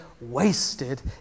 Wasted